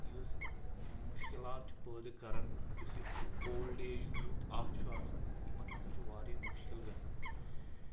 یُس مُشکِلات چھُ پٲدٕ کَران یُس یہِ اولڈ ایج گُرٛپ اَکھ چھُ آسان یِمن ہسا چھُ واریاہ مُشکِل گژھان